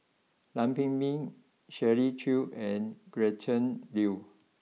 Lam Pin Min Shirley Chew and Gretchen Liu